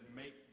make